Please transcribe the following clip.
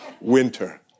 Winter